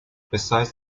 besides